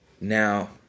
Now